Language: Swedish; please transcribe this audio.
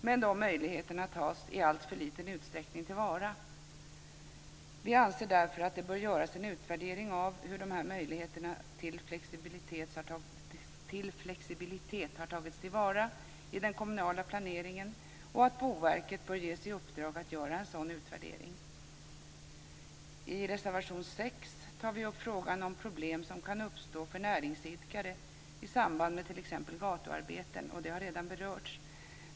Men de möjligheterna tas till vara i alltför liten utsträckning. Vi anser därför att det bör göras en utvärdering av hur de här möjligheterna till flexibilitet har tagits till vara i den kommunala planeringen och att Boverket bör ges i uppdrag att göra en sådan utvärdering. I reservation 6 tar vi upp problem som kan uppstå för näringsidkare i samband med t.ex. gatuarbeten. Det har redan berörts här.